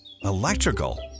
Electrical